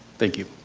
thank you.